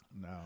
No